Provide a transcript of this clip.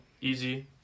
easy